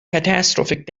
catastrophic